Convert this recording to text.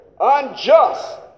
Unjust